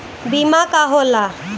बीमा का होला?